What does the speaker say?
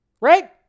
Right